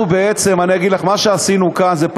אני אגיד לך: מה שעשינו כאן זה,